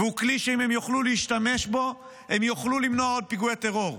והוא כלי שאם הם יוכלו להשתמש בו הם יוכלו למנוע עוד פיגועי טרור.